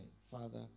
father